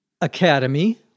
Academy